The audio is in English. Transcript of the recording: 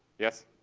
yes?